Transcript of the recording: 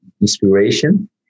inspiration